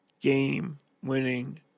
game-winning